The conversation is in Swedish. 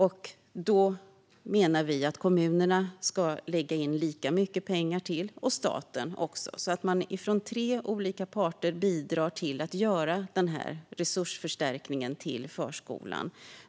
Vi menar att kommunerna ska lägga in lika mycket pengar som staten. Tre olika parter ska bidra till att göra resursförstärkningen till förskolan.